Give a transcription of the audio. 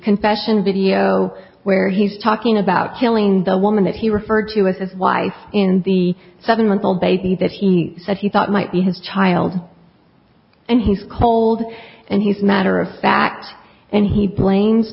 confession video where he's talking about killing the woman that he referred to as his wife in the seven month old baby that he said he thought might be his child and he's cold and he's matter of fact and he blames